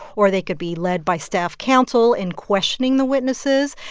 or they could be led by staff counsel in questioning the witnesses.